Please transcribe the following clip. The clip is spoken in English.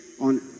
on